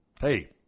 Hey